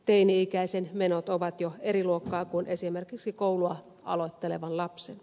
teini ikäisen menot ovat jo eri luokkaa kuin esimerkiksi koulua aloittelevan lapsen